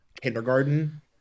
kindergarten